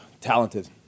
talented